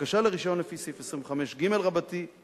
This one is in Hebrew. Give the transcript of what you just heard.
בקשה לרשיון לפי סעיף 25ג לחוק,